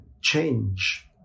change